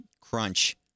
Crunch